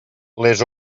les